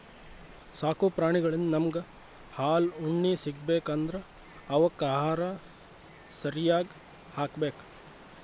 ಸಾಕು ಪ್ರಾಣಿಳಿಂದ್ ನಮ್ಗ್ ಹಾಲ್ ಉಣ್ಣಿ ಸಿಗ್ಬೇಕ್ ಅಂದ್ರ ಅವಕ್ಕ್ ಆಹಾರ ಸರ್ಯಾಗ್ ಹಾಕ್ಬೇಕ್